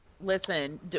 listen